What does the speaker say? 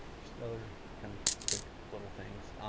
just other kind of quick little things.